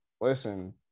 listen